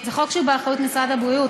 זה חוק שבאחריות משרד הבריאות.